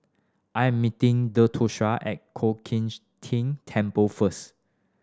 I am meeting Theodosia at Ko King Ting Temple first